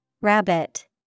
Rabbit